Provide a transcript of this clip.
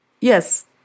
Yes